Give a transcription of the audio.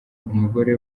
umugore